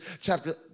chapter